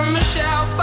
Michelle